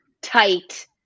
tight